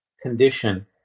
condition